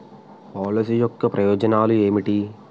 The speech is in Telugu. పాలసీ యొక్క ప్రయోజనాలు ఏమిటి?